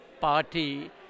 party